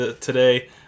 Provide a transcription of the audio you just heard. today